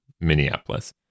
Minneapolis